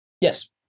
yes